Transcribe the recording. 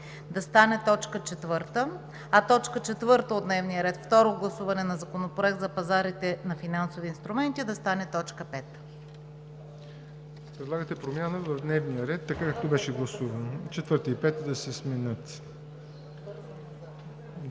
да стане точка четвърта, а точка четвърта от дневния ред – Второ гласуване на Законопроект за пазарите на финансови инструменти, да стане точка пета. ПРЕДСЕДАТЕЛ ЯВОР НОТЕВ: Предлагате промяна в дневния ред, така както беше гласувано – четвърта и пета да се сменят.